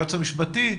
היועץ המשפטי?